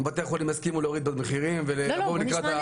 אם בתי החולים יסכימו להוריד את המחירים ולבוא לקראת,